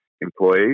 employees